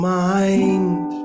mind